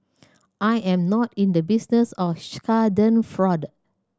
I am not in the business of schadenfreude